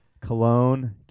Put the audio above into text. cologne